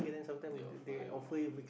they offer you a